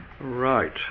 Right